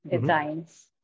designs